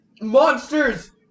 Monsters